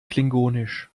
klingonisch